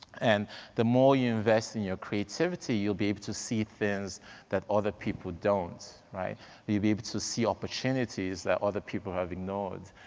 and the more you invest in your creativity, you'll be able to see things that other people don't, right? and you'll be able to see opportunities that other people have ignored.